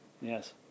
Yes